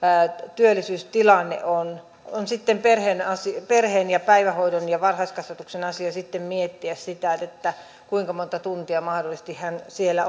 työllisyystilanne on on sitten perheen ja päivähoidon ja varhaiskasvatuksen asia miettiä sitä kuinka monta tuntia hän mahdollisesti siellä